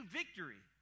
victory